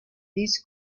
these